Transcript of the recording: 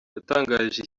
yatangarije